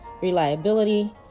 reliability